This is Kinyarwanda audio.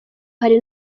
hari